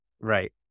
Right